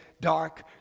dark